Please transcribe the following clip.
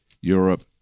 europe